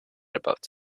about